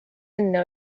enne